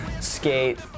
skate